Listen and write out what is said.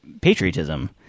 patriotism